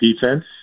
defense